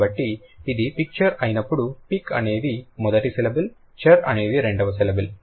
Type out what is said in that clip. కాబట్టి ఇది పిక్చర్ అయినప్పుడు పిక్ అనేది మొదటి సిలబుల్ చర్ అనేది రెండవ సిలబుల్